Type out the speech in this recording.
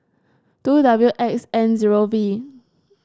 two W X N zero V